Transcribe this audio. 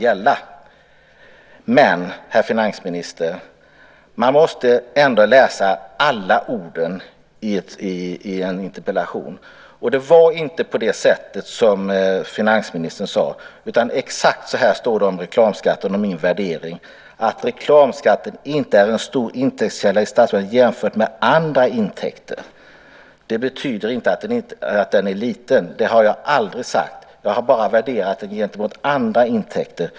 Men, herr finansminister, man måste läsa alla orden i en interpellation. Det var inte på det sätt som finansministern sade, utan beträffande reklamskatten och min värdering står det - exakt så står det - att reklamskatten inte är en stor intäktskälla i statsbudgeten jämfört med andra intäkter. Det betyder inte att den här inkomstkällan är liten - det har jag aldrig sagt - utan jag har bara värderat den gentemot andra intäkter.